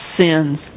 sins